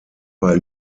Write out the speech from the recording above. bei